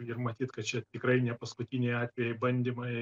ir matyt kad čia tikrai ne paskutiniai atvejai bandymai